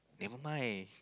never mind